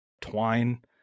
twine